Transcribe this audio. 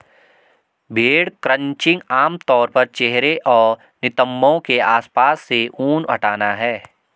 भेड़ क्रचिंग आम तौर पर चेहरे और नितंबों के आसपास से ऊन हटाना है